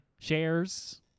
Shares